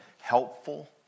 helpful